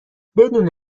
بدون